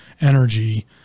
energy